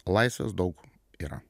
laisvės daug yra